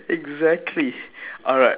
exactly alright